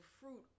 fruit